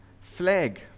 flag